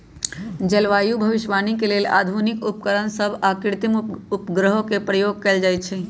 जलवायु भविष्यवाणी के लेल आधुनिक उपकरण सभ आऽ कृत्रिम उपग्रहों के प्रयोग कएल जाइ छइ